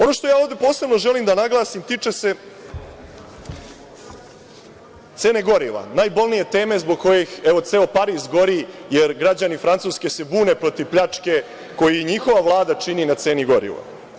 Ono što posebno želim da naglasim se tiče cene goriva, najbolnije teme zbog koje, evo ceo Pariz gori, jer građani Francuske se bune protiv pljačke koju njihova Vlada čini na ceni goriva.